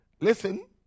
Listen